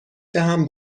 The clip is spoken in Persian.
دهم